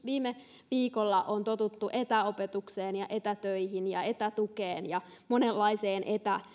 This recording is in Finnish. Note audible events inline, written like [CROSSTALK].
[UNINTELLIGIBLE] viime viikolla on totuttu etäopetukseen ja etätöihin ja etätukeen ja monenlaiseen